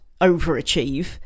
overachieve